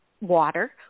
water